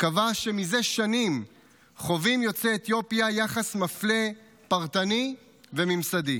קבע שמזה שנים חווים יוצאי אתיופיה יחס מפלה פרטני וממסדי,